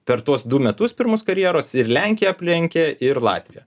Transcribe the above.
per tuos du metus pirmus karjeros ir lenkiją aplenkė ir latviją